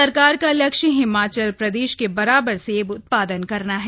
सरकार का लक्ष्य हिमाचल प्रदएश के बराबर सेब उत्पादन करना है